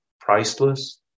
priceless